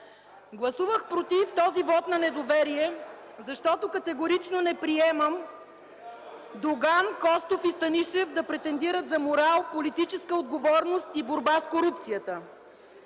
Гласувах „против” този вот на недоверие, защото категорично не приемам Доган, Костов и Станишев да претендират за морал, политическа отговорност и борба с корупцията.